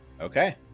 okay